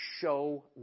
show